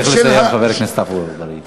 צריך לסיים, חבר הכנסת עפו אגבאריה.